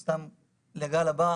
בהדסה בוודאי,